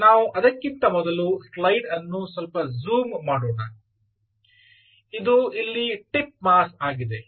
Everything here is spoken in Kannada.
ಆದ್ದರಿಂದ ನಾವು ಅದಕ್ಕಿಂತ ಮೊದಲು ಸ್ಲೈಡ್ ಅನ್ನು ಸ್ವಲ್ಪ ಜೂಮ್ ಮಾಡೋಣ ಇದು ಇಲ್ಲಿ ಟಿಪ್ ಮಾಸ್ ಆಗಿದೆ